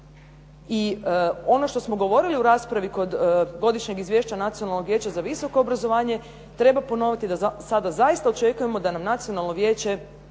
i ono što smo govorili u raspravi kod Godišnjeg izvješća Nacionalnog vijeća za visoko obrazovanje treba ponoviti da sada zaista očekujemo da nam nacionalno vijeće,